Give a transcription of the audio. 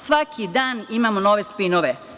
Svaki dan imamo nove spinove.